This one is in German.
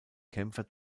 kämpfer